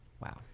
Wow